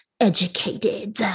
educated